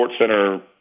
SportsCenter